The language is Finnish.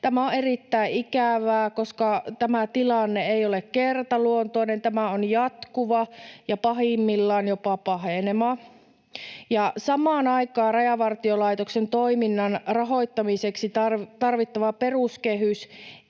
Tämä on erittäin ikävää, koska tämä tilanne ei ole kertaluontoinen. Tämä on jatkuva ja pahimmillaan jopa paheneva, ja samaan aikaan Rajavartiolaitoksen toiminnan rahoittamiseksi tarvittava peruskehys